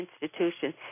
institutions